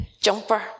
jumper